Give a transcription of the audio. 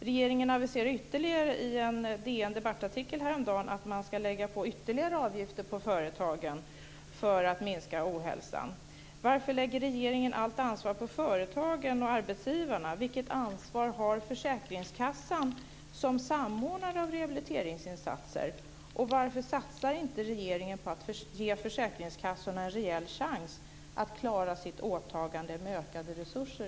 Regeringen aviserade dessutom i en DN Debatt-artikel häromdagen att man ska lägga på ytterligare avgifter på företagen för att minska ohälsan. Varför lägger regeringen allt ansvar på företagen och arbetsgivarna? Vilket ansvar har försäkringskassan, som samordnare av rehabiliteringsinsatser, och varför satsar inte regeringen i stället på att ge försäkringskassorna en rejäl chans att klara sitt åtagande med ökade resurser?